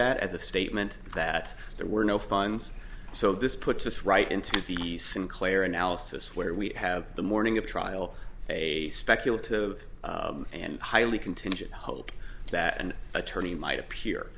that as a statement that there were no funds so this puts us right into the sinclair analysis where we have the morning of trial a speculative and highly contingent hope that an attorney might appear